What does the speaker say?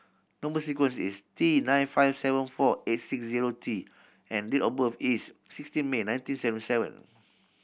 number sequence is T nine five seven four eight six zero T and date of birth is sixteen May nineteen seventy seven